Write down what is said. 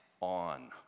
on